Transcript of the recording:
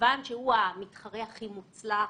מכיוון שהוא המתחרה הכי מוצלח,